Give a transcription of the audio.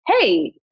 hey